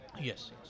Yes